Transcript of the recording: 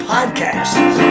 Podcasts